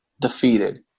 defeated